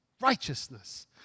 Righteousness